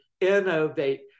innovate